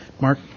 Mark